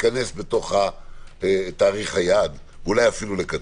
נתכנס לתוך תאריך היעד, אולי אפילו לקצר.